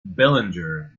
billinger